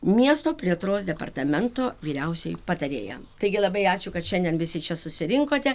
miesto plėtros departamento vyriausioji patarėja taigi labai ačiū kad šiandien visi čia susirinkote